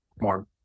more